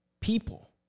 people